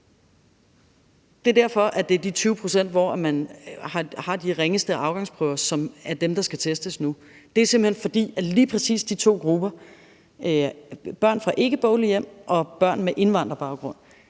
Det er derfor, det er de 20 pct., der har de ringeste afgangsprøver, som er dem, der skal testes nu. Det er simpelt hen, fordi for lige præcis de to grupper – børn fra ikkebolige hjem og børn med indvandrerbaggrund